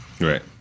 right